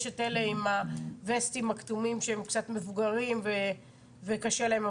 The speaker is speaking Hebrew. יש את אלה עם הווסטים הכתומים שהם קצת מבוגרים וקשה להם,